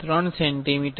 3 centimetre